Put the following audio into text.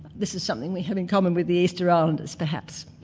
this is something we have in common with the easter islanders perhaps.